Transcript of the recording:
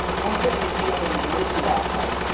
someone sent me a deal in new jersey last night,